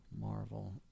Marvel